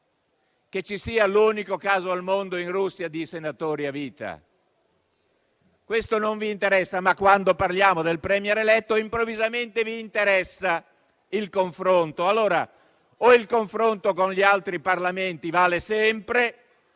ci sia l'unico caso al mondo di senatori a vita. Questo non vi interessa. Ma, quando parliamo del *Premier* eletto, improvvisamente vi interessa il confronto. O il confronto con gli altri Parlamenti vale sempre,